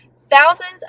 thousands